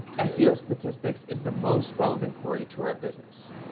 ah seo statistics is the most relevant query to our business.